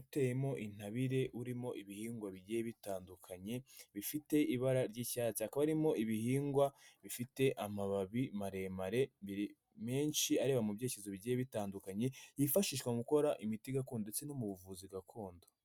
uteyemo intabire, urimo ibihingwa bigiye bitandukanye, bifite ibara ry'icyatsi, hakaba harimo ibihingwa bifite amababi maremare, menshi, areba mu byerekezo bigiye bitandukanye, yifashishwa mu gukora imiti gakondo ndetse no mu buvuzi gakondo.